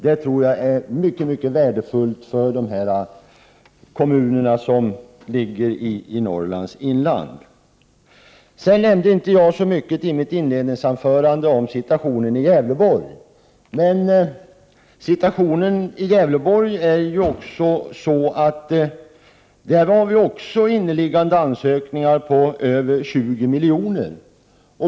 Det tror jag är mycket värdefullt för kommunerna i Norrlands inland. Jag nämnde inte så mycket i mitt inledningsanförande om situationen i Gävleborg. Där har vi också inneliggande ansökningar på över 20 miljoner.